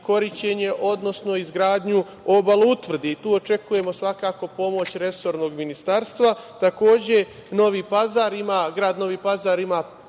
odnosno izgradnju obaloutvrde. Tu očekujemo svakako pomoć resornog ministarstva. Takođe, grad Novi Pazar ima